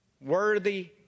worthy